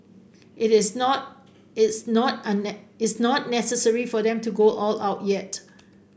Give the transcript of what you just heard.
it is not it's not on it's not necessary for them to go all out yet